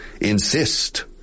Insist